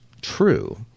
true